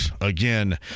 again